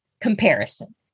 comparison